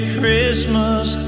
Christmas